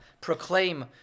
Proclaim